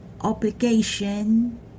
obligation